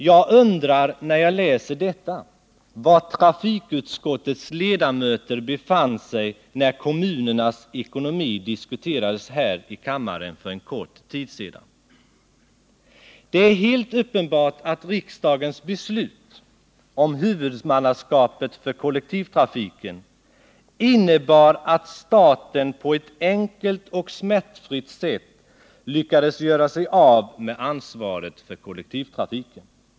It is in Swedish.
Jag undrar, när jag läser detta, var trafikutskottets ledamöter befann sig när kommunernas ekonomi diskuterades här i kammaren för en kort tid sedan. Det är helt uppenbart att riksdagens beslut om huvudmannaskapet för kollektivtrafiken innebar att staten på ett enkelt och smärtfritt sätt lyckades göra sig av med ansvaret för kollektivtrafiken.